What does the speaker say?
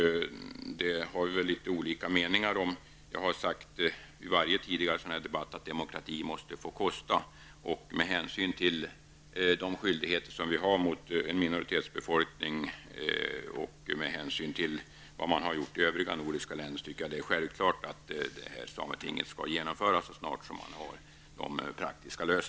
Vi har nog litet olika meningar om detta. I varje tidigare sådan här debatt har jag sagt att demokrati måste få kosta. Med hänsyn till de skyldigheter som vi har gentemot en minoritetsbefolkning och med hänsyn till vad man gjort i övriga nordiska länder tycker jag att det är självklart att sametinget skall genomföras så snart man har löst frågan praktiskt.